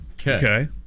Okay